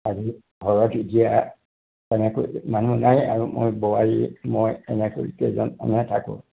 আৰু ঘৰত এতিয়া তেনেকৈ মানুহ নায়ে মই বোৱাৰী মই এনেকৈ কেইজনমানহে থাকোঁ